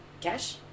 Cash